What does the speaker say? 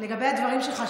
לגבי הדברים שלך,